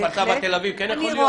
כפר סבא-תל אביב כן יכול להיות?